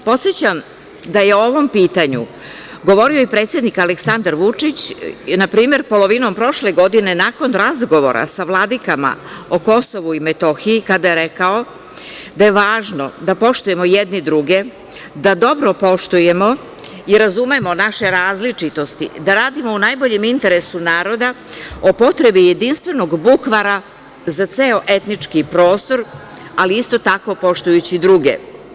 Podsećam da je o ovom pitanju govorio i predsednik Aleksandar Vučić, na primer, polovinom prošle godine, nakon razgovora sa vladikama o Kosovu i Metohiji, kada je rekao da je važno da poštujemo jedni druge, da dobro poštujemo i razumemo naše različitosti, da radimo u najboljem interesu naroda o potrebi jedinstvenog bukvara za ceo etnički prostor, ali isto tako, poštujući druge.